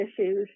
issues